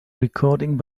recording